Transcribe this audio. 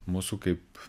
mūsų kaip